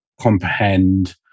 Comprehend